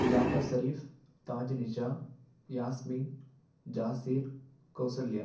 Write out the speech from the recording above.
Jaffer Sharif Taj Nisha Yasmin Jasir Kausalya